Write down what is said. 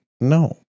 No